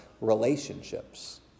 relationships